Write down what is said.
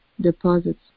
deposits